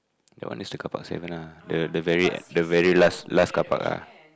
that one is the carpark seven ah the the very the very last last carpark ah